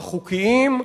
החוקיים,